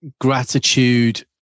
gratitude